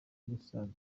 gusaza